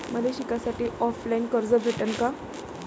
मले शिकासाठी ऑफलाईन कर्ज भेटन का?